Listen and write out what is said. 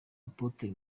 apôtre